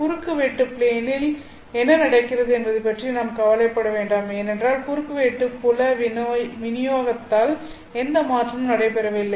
குறுக்குவெட்டு ப்ளேனில் என்ன நடக்கிறது என்பதைப் பற்றி நாம் கவலைப்பட வேண்டாம் ஏனென்றால் குறுக்கு வெட்டு புல வினியோகத்தால் எந்த மாற்றமும் நடைபெறவில்லை